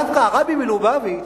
דווקא הרבי מלובביץ',